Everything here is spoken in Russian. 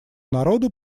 народу